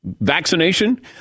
vaccination